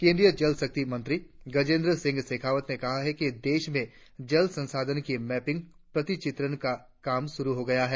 केंद्रीय जल शक्ति मंत्री गजेंद्र सिंह शेखावत ने कहा है कि देश में जल संसाधन की मैपिंग प्रति चित्रण का काम शुरु हो गया है